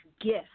gift